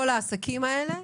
מדי?